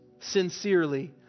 sincerely